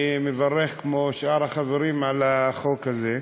אני מברך, כמו שאר החברים, על החוק הזה,